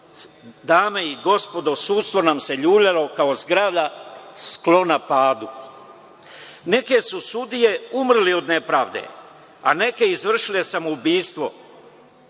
Dame i gospodo, sudstvo nam se ljuljalo kao zgrada sklona padu. Neke sudije su umrle od nepravde, a neke izvršile samoubistvo.